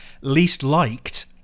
least-liked